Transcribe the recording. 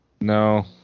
No